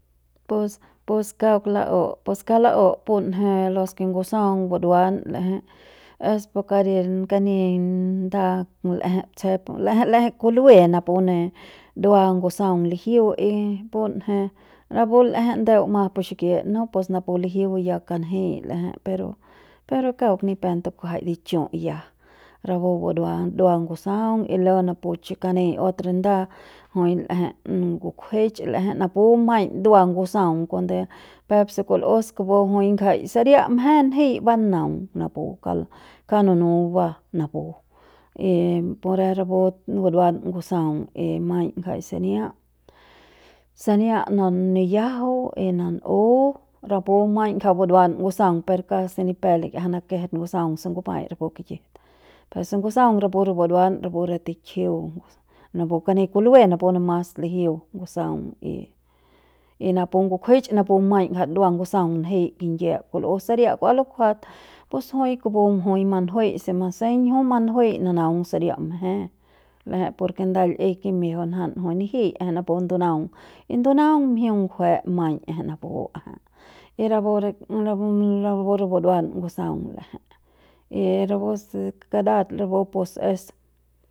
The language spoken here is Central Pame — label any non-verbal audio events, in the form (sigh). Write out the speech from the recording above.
Pus pus kauk la'u pus kauk la'u punje los ke ngusaung buruan l'eje es pu kari kani nda l'eje tsjep l'eje l'ejei kulue napu ne dua ngusaung lijiu y punje napu l'eje ndeu mas pu xikit no pues napu lijiu kanjei l'eje pero, pero kauk ni pep tukuajai di chuya rapu burua dua ngusaung y luego napu chi kani otro nda (noise) jui l'eje ngukjuech napu maiñ dua ngusaung kuande peuk se kul'us kupu jui ngjai saria mje njei banaung napu kauk lanu'u kauk nunu ba napu y pore rapu buruan ngusaung y maiñ ngjai sania, sania na nikiajau y nan'u rapu maiñ ngja buruan ngusaung per pep se ni pe likiajam manakje se ngusaung ngupai rapu re kikjit per se ngusaung rapu re buruan rapu re tikjiu napu kani kulue napu ne mas lijiu ngusaung y napu ngukjuech napu maiñ dua ngusaung njei kingiep kul'us saria ku lukuajat pus kupu jui manjuei y si maseiñ jui manjuei nanaung saria mje l'eje por ke nda l'i kimiejeu njan jui nijiñ l'eje napu ndunaung, y ndunaung mjiung ngjue maiñ l'eje napu y rapu napu (unintelligible) rapu re buruan gusaung l'eje y rapu se karat rapu pus es.